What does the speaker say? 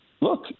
look